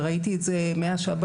וראיתי את זה מהשב"כ,